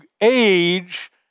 age